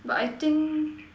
but I think